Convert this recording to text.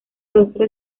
rostro